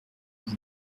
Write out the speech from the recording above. vous